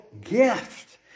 gift